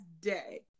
day